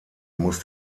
muss